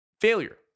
failure